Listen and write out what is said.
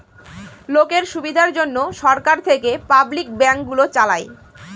লোকের সুবিধার জন্যে সরকার থেকে পাবলিক ব্যাঙ্ক গুলো চালায়